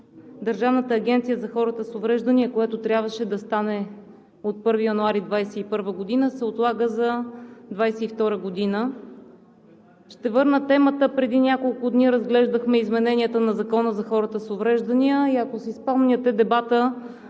Държавната агенция за хората с увреждания, което трябваше да стане от 1 януари 2021 г., се отлага за 2022 г. Ще върна темата – преди няколко дни разглеждахме измененията на Закона за хората с увреждания. Ако си спомняте, дебатът